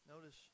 Notice